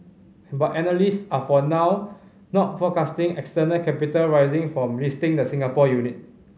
but analysts are for now not forecasting external capital raising from listing the Singapore unit